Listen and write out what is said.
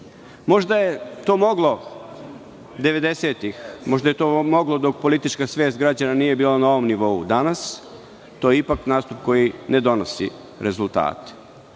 poene. Možda je to moglo 90-ih, možda je to moglo dok politička svest građana nije bila na ovom nivou dana. To je ipak nastup koji ne donosi rezulate. Sa